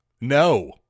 no